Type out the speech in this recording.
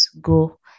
go